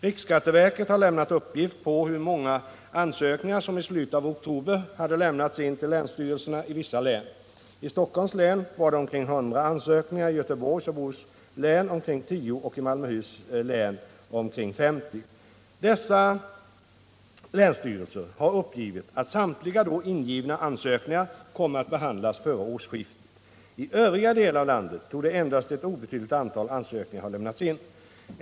Riksskatteverket har lämnat uppgift på hur många ansökningar som i slutet av oktober hade lämnats in till länsstyrelserna i vissa län. I Stockholms län var det omkring 100 ansökningar, i Göteborgs och Bohus län omkring 10 och i Malmöhus län omkring 50. Dessa länsstyrelser har uppgivit att samtliga då ingivna ansökningar kommer att behandlas före årsskiftet. I övriga delar av landet torde endast ett obetydligt antal ansökningar ha lämnats in.